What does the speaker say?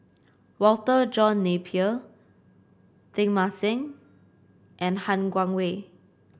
Walter John Napier Teng Mah Seng and Han Guangwei